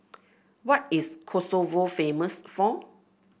what is Kosovo famous for